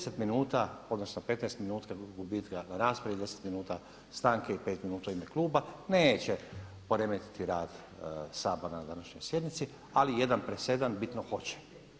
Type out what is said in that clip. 10 minuta odnosno 15 minuta gubitka rasprave i 10 minuta stanke i 5 minuta u ime kluba neće poremetiti rad Sabora na današnjoj sjednici, ali jedan presedan bitno hoće.